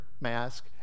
mask